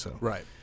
Right